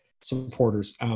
supporters